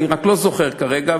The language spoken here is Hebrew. אני רק לא זוכר כרגע,